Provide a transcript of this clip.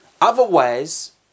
Otherwise